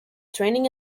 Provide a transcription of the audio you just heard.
training